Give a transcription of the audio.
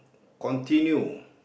continue